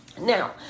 Now